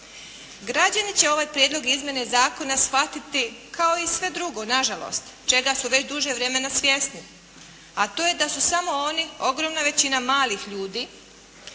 Građani će ovaj prijedlog izmjena i zakona shvatiti kao i sve drugo, na žalost, čega su već duže vremena svjesni, a to je da su samo oni, ogromna većina malih ljudi